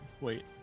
wait